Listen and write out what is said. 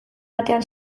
batean